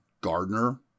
Gardner